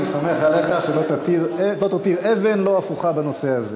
אני סומך עליך שלא תותיר אבן לא הפוכה בנושא הזה.